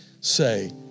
say